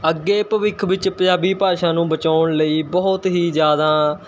ਅੱਗੇ ਭਵਿੱਖ ਵਿੱਚ ਪੰਜਾਬੀ ਭਾਸ਼ਾ ਨੂੰ ਬਚਾਉਣ ਲਈ ਬਹੁਤ ਹੀ ਜ਼ਿਆਦਾ